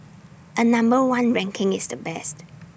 A number one ranking is the best